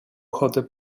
ochotę